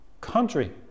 country